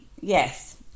yes